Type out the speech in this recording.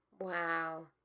Wow